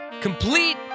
complete